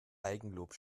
eigenlob